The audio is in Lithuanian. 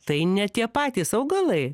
tai ne tik patys augalai